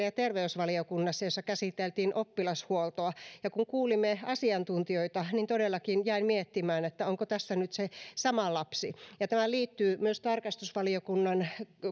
ja terveysvaliokunnassa jossa käsiteltiin oppilashuoltoa ja kun kun kuulimme asiantuntijoita niin todellakin jäin miettimään onko tässä nyt se sama lapsi tämä liittyy myös tarkastusvaliokunnan